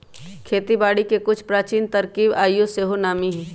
खेती बारिके के कुछ प्राचीन तरकिब आइयो सेहो नामी हइ